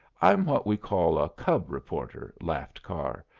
i'm what we call a cub reporter, laughed carr.